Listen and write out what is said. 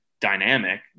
dynamic